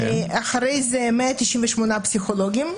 אחרי זה 198 פסיכולוגים,